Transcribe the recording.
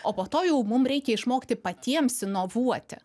o po to jau mum reikia išmokti patiems inovuoti